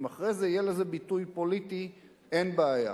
אם אחרי זה יהיה לזה ביטוי פוליטי, אין בעיה,